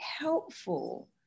helpful